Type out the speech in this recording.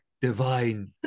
divine